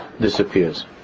disappears